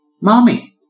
Mommy